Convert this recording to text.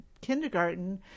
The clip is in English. kindergarten